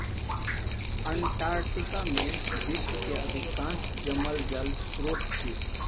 Antarctica में विश्व के अधिकांश जमल जल स्त्रोत अछि